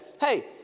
hey